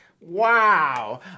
Wow